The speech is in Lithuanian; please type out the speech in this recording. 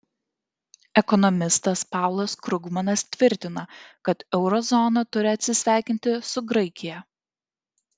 ekonomistas paulas krugmanas tvirtina kad euro zona turi atsisveikinti su graikija